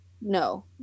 no